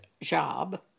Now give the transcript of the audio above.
job